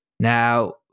Now